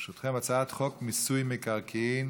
ברשותכם: הצעת חוק מיסוי מקרקעין